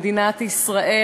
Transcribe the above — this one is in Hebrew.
במדינת ישראל,